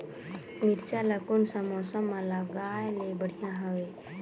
मिरचा ला कोन सा मौसम मां लगाय ले बढ़िया हवे